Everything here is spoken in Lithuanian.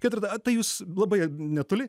ketvirtad tai jūs labai netoli